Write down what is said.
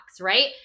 right